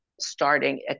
starting